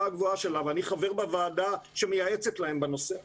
הגבוהה שלה ואני חבר בוועדה שמייעצת להם בנושא הזה.